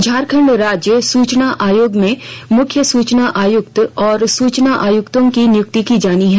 झारखंड राज्य सूचना आयोग में मुख्य सूचना आयुक्त और सूचना आयुक्तों की नियुक्ति की जानी है